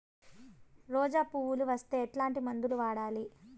రోజా పువ్వులు వస్తే ఎట్లాంటి మందులు వాడాలి?